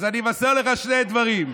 אז אני אבשר לך שני דברים: